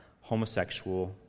homosexual